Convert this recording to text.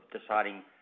deciding